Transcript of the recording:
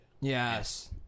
Yes